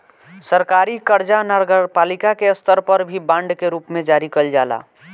सरकारी कर्जा नगरपालिका के स्तर पर भी बांड के रूप में जारी कईल जाला